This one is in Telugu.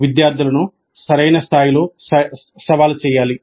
విద్యార్థులను సరైన స్థాయిలో సవాలు చేయాలి